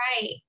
right